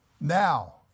Now